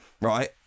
right